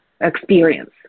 experience